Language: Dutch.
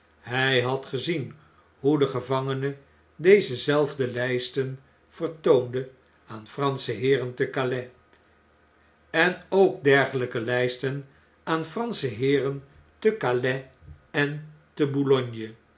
hij had gezien hoe de gevangene deze zelfde lijsten vertoonde aan fransche heeren te calais en ook dergeiyke lysten aan fransche heeren te calais en te